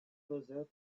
closer